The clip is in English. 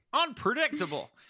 Unpredictable